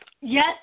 Yes